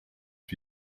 for